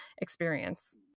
experience